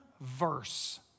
verse